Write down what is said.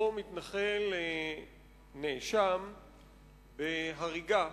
אותו מתנחל נאשם בהריגה,